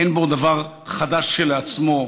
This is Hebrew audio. אין בו דבר חדש כשלעצמו,